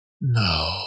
No